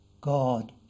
God